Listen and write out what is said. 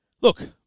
look